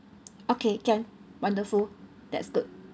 okay can wonderful that's good